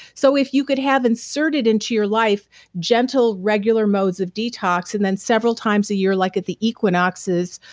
so if you could have inserted into your life gentle regular modes of detox and then several times a year like at the equinoxes,